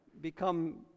become